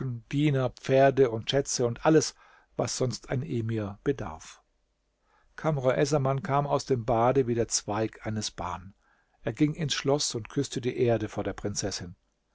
diener pferde und schätze und alles was sonst ein emir bedarf kamr essaman kam aus dem bade wie der zweig eines ban er ging ins schloß und küßte die erde vor der prinzessin